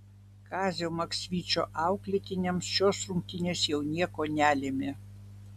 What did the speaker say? kazio maksvyčio auklėtiniams šios rungtynės jau nieko nelėmė